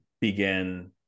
Begin